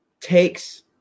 takes